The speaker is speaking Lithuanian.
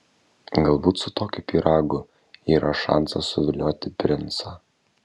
galbūt su tokiu pyragu yra šansas suvilioti princą